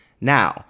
Now